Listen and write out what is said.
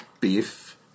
beef